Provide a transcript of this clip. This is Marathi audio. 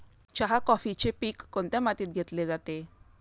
चहा, कॉफीचे पीक कोणत्या मातीत घेतले जाते?